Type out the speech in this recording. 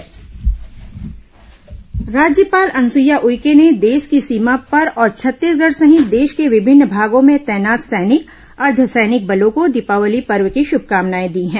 राज्यपाल मुख्यमंत्री शुभकामना राज्यपाल अनुसुईया उइके ने देश की सीमा पर और छत्तीसगढ़ सहित देश के विभिन्न भागों में तैनात सैनिक अर्द्धसैनिक बलों को दीपावली पर्व की श्रभकामनाए दी हैं